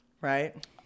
Right